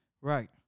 right